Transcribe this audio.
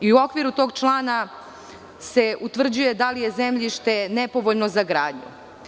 U okviru tog člana se utvrđuje da li je zemljište nepovoljno za gradnju.